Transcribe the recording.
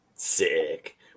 Sick